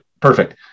Perfect